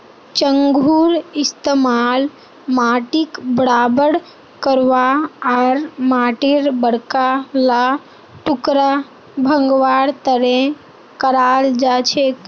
चंघूर इस्तमाल माटीक बराबर करवा आर माटीर बड़का ला टुकड़ा भंगवार तने कराल जाछेक